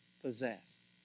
possess